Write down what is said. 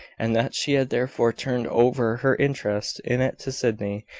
and that she had therefore turned over her interest in it to sydney,